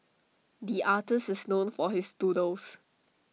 the artist is known for his doodles